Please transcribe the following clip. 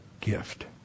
gift